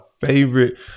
favorite